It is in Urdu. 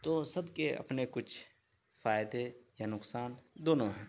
تو سب کے اپنے کچھ فائدے یا نقصان دونوں ہیں